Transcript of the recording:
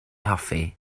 hoffi